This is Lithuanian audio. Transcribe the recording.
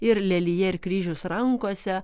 ir lelija ir kryžius rankose